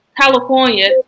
California